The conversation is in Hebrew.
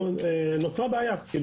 תודה.